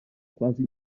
quasi